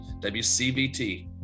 WCBT